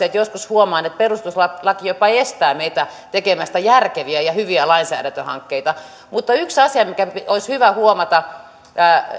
että joskus huomaan että perustuslaki jopa estää meitä tekemästä järkeviä ja hyviä lainsäädäntöhankkeita mutta yksi asia mikä olisi hyvä huomata